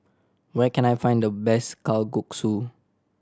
where can I find the best Kalguksu